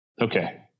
Okay